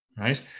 right